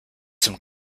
zum